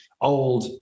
old